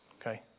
okay